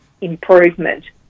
improvement